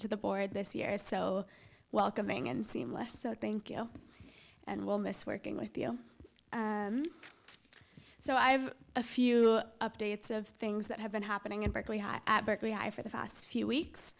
to the board this year so welcoming and seamless so thank you and we'll miss working with you so i have a few updates of things that have been happening in berkeley high at berkeley high for the past few weeks